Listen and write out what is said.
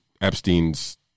Epstein's